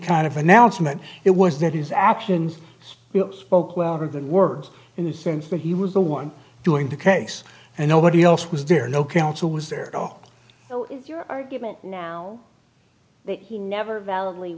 kind of announcement it was that his actions spoke louder than words in the sense that he was the one doing the case and nobody else was there no counsel was there at all so is your argument now that he never val